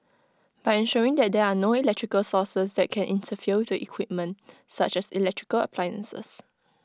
by ensuring that there are no electrical sources that can interfere with the equipment such as electrical appliances